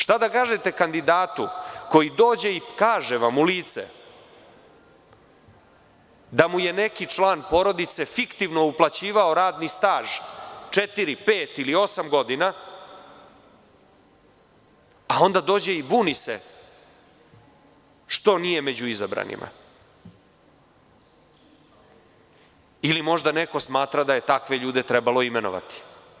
Šta da kažete kandidatu koji dođe i kaže vam u lice da mu je neki član porodice fiktivno uplaćivao radni staž četiri, pet ili osam godina, a onda dođe i buni se što nije među izabranima ili možda neko smatra da je takve ljude trebalo imenovati?